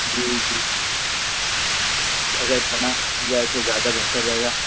جی جی اگر بنا مل جائے تو زیادہ بہتر رہے گا